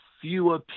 fewer